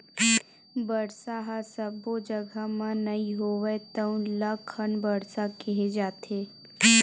बरसा ह सब्बो जघा म नइ होवय तउन ल खंड बरसा केहे जाथे